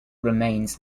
remains